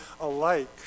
alike